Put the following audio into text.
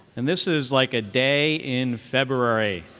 and this is like a day in february.